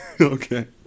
Okay